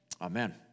Amen